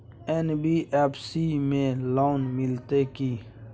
NBFC में loan मिलते की?